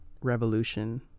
revolution